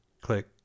click